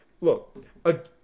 Look